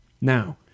Now